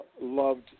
loved